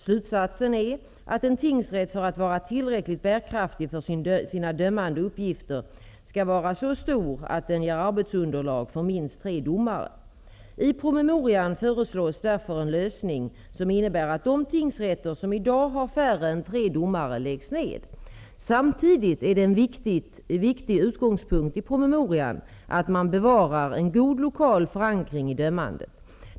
Slutsatsen är att en tingsrätt för att vara tillräckligt bärkraftig för sina dömande uppgifter skall vara så stor att den ger arbetsunderlag för minst tre domare. I promemorian föreslås därför en lösning som innebär att de tingsrätter som i dag har färre än tre domare läggs ned. Samtidigt är det en viktig utgångspunkt i promemorian att man bevarar en god lokal förankring i dömandet.